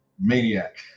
Maniac